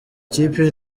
kipe